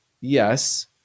Yes